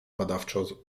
badawczo